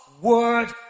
word